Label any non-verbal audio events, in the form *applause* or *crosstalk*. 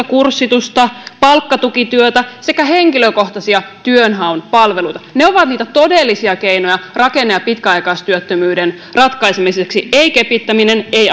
*unintelligible* kurssitusta palkkatukityötä sekä henkilökohtaisia työnhaun palveluita ne ovat niitä todellisia keinoja rakenne ja pitkäaikaistyöttömyyden ratkaisemiseksi ei kepittäminen ei *unintelligible*